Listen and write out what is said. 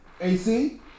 AC